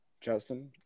Justin